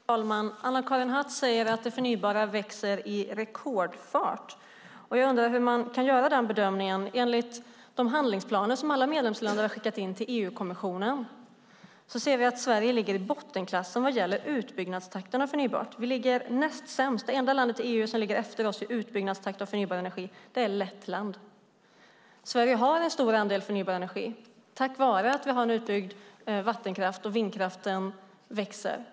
Herr talman! Anna-Karin Hatt säger att det förnybara växer i rekordfart. Jag undrar hur man kan göra den bedömningen. Enligt de handlingsplaner som alla medlemsländer har skickat in till EU-kommissionen ligger Sverige i bottenskiktet vad gäller utbyggnadstakten i fråga om förnybart. Vi är näst sämst. Det enda land i EU som ligger efter oss i utbyggnadstakt i fråga om förnybar energi är Lettland. Sverige har en stor andel förnybar energi tack vare att vi har en utbyggd vattenkraft och att vindkraften växer.